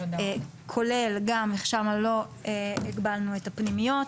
כולל גם שם לא הגבלנו את הפנימיות,